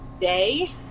day